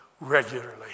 regularly